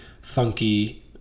Funky